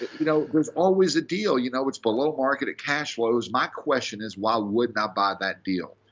you know. there's always a deal, you know. it's below market at cash flows. my question is, why wouldn't i buy that deal?